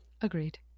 Agreed